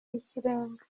y’ikirenga